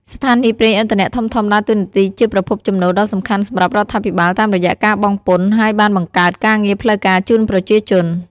ស្ថានីយ៍ប្រេងឥន្ធនៈធំៗដើរតួនាទីជាប្រភពចំណូលដ៏សំខាន់សម្រាប់រដ្ឋាភិបាលតាមរយៈការបង់ពន្ធ ហើយបានបង្កើតការងារផ្លូវការជូនប្រជាជន។